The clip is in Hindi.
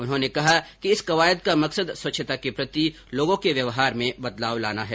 उन्होंने कहा कि इस कवायद का मकसद स्वच्छता के प्रति लोगों के व्यवहार में बदलाव लाना है